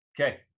Okay